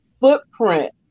footprint